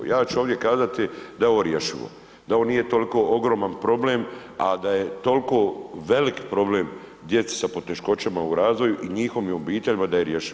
Ja ću ovdje kazati da je ovo rješivo, da ovo nije toliko ogroman problem, a da je toliko velik problem djeci sa poteškoćama u razvoju i njihovim obiteljima da je rješiv.